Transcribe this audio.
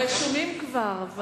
אבל רשומים כבר.